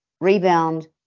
rebound